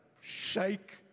shake